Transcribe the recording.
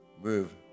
move